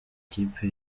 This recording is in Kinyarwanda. ikipe